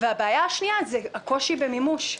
הבעיה השנייה היא הקושי במימוש.